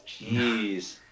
Jeez